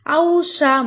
આવું શા માટે